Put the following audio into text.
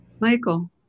Michael